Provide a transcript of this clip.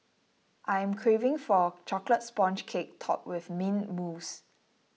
I am craving for Chocolate Sponge Cake Topped with Mint Mousse